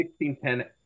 1610